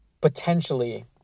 Potentially